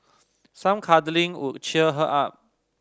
some cuddling would cheer her up